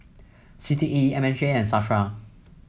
C T E M H A and Safra